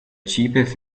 cheapest